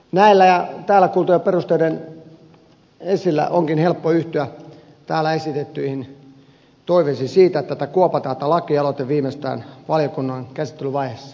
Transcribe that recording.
näillä ja täällä kuulluilla perusteilla onkin helppo yhtyä täällä esitettyihin toiveisiin siitä että tämä lakialoite kuopataan viimeistään valiokunnan käsittelyvaiheessa